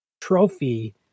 trophy